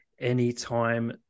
anytime